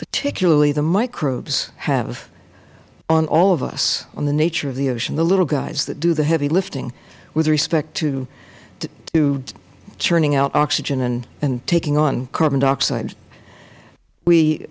particularly the microbes have on all of us on the nature of the ocean the little guys that do the heavy lifting with respect to churning out oxygen and taking on carbon dioxide we